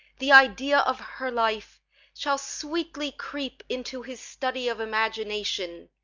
the idea of her life shall sweetly creep into his study of imagination,